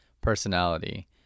personality